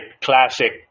Classic